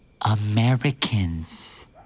Americans